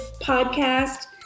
podcast